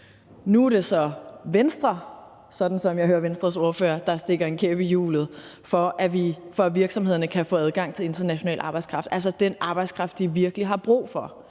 jeg hører Venstres ordfører, så Venstre, der stikker en kæp i hjulet for, at virksomhederne kan få adgang til international arbejdskraft, altså den arbejdskraft, de virkelig har brug for;